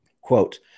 Quote